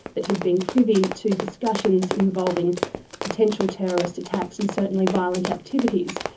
that he'd been privy to discussions involving potential terrorist attacks and certainly violent activities.